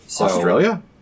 Australia